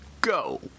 go